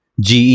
GE